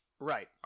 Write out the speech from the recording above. Right